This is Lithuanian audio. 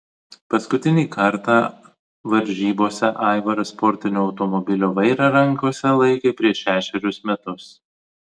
paskutinį kartą varžybose aivaras sportinio automobilio vairą rankose laikė prieš šešerius metus